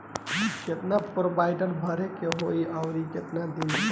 केतना के प्रीमियम भरे के होई और आऊर केतना दिन पर?